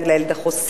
"המועצה לילד החוסה",